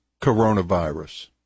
coronavirus